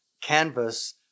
canvas